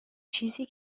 چیزی